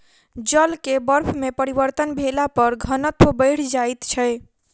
जल के बर्फ में परिवर्तन भेला पर घनत्व बैढ़ जाइत छै